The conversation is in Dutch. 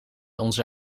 onze